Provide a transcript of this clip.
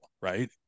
right